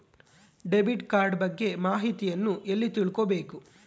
Debit card ಬಗ್ಗೆ ಮಾಹಿತಿಯನ್ನ ಎಲ್ಲಿ ತಿಳ್ಕೊಬೇಕು?